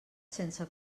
sense